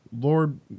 Lord